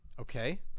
Okay